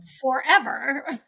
forever